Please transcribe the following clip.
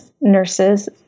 nurses